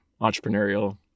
entrepreneurial